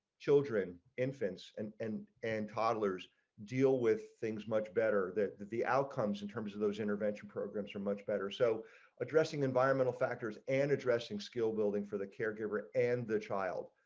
children infants and and and toddlers deal with things much better that the outcomes in terms of those intervention programs are much better so addressing environmental factors and addressing skill building for the caregiver and the child.